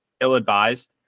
ill-advised